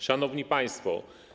Szanowni Państwo!